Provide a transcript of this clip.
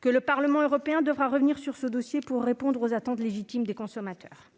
que le Parlement européen devra revenir sur ce dossier pour répondre aux attentes légitimes des consommateurs.